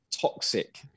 toxic